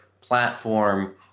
platform